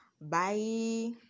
Bye